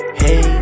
hey